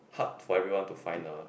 hard for everyone to find a